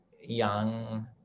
young